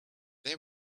they